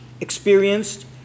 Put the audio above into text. experienced